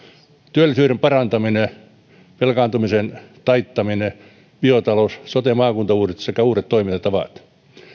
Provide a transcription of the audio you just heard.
työllisyyden parantaminen velkaantumisen taittaminen biotalous sote ja maakuntauudistus sekä uudet toimintatavat